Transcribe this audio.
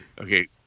Okay